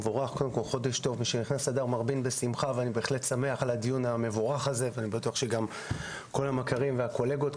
אני שמח על הדיון המבורך הזה ובטוח שגם כל המכרים והקולגות.